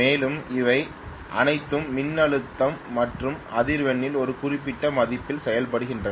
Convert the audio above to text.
மேலும் அவை அனைத்தும் மின்னழுத்தம் மற்றும் அதிர்வெண்ணின் ஒரு குறிப்பிட்ட மதிப்பில் செயல்படுகின்றன